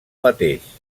mateix